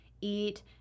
eat